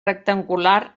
rectangular